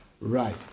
Right